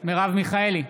מרב מיכאלי,